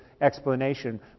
Explanation